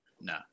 No